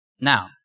Now